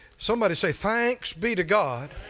somebody say thanks be to god